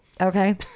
okay